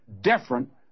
different